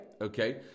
Okay